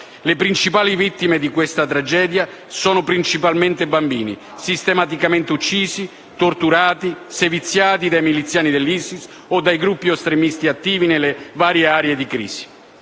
Le principali vittime di questa tragedia sono soprattutto bambini, sistematicamente uccisi, torturati e seviziati dai miliziani dell'ISIS o dai gruppi estremisti attivi nelle varie aree di crisi,